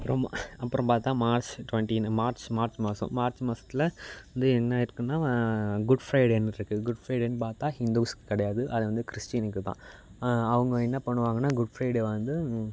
ரொம்ப அப்புறம் பார்த்தா மார்ச் டொன்ட்டீனு மார்ச் மார்ச் மாசம் மார்ச் மாசத்தில் வந்து என்ன இருக்குதுன்னா குட்ஃப்ரைடேனு இருக்குது குட்ஃப்ரைடேன்னு பார்த்தா ஹிந்தூஸுக்கு கிடையாது அது வந்து கிறிஸ்டீனுக்கு தான் அவங்க என்ன பண்ணுவாங்கன்னா குட்ஃப்ரைடே வந்து